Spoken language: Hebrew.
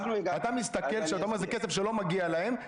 אתה מסתכל כשאתה אומר זה כסף שלא מגיע להם,